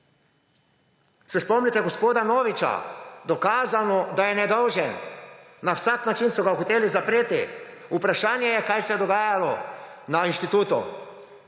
Se spomnite gospoda Noviča − dokazno, da je nedolžen. Na vsak način so ga hoteli zapreti. Vprašanje je, kaj se je dogajalo na inštitutu,